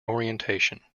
orientation